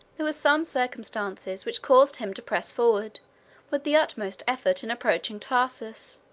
there were some circumstances which caused him to press forward with the utmost effort in approaching tarsus,